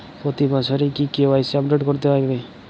প্রতি বছরই কি কে.ওয়াই.সি আপডেট করতে হবে?